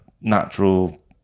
natural